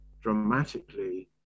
dramatically